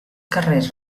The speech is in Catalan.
carrers